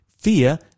Fear